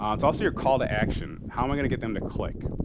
um it's also your call to action. how am i gonna get them to click?